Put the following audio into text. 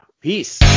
Peace